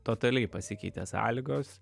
totaliai pasikeitė sąlygos